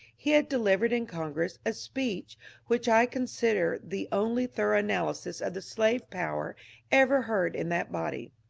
he had delivered in congress a speech which i consider the only thorough analysis of the slave power ever heard in that body.